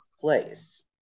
place